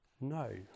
No